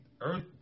earth